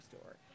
store